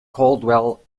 caldwell